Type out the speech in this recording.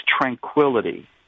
tranquility